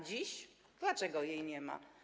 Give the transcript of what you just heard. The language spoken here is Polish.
Dziś dlaczego jej nie ma?